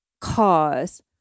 cause